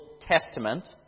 Testament